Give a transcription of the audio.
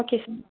okay sir